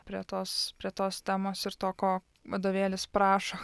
prie tos prie tos temos ir to ko vadovėlis prašo